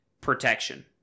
protection